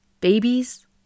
Babies